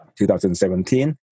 2017